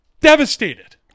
devastated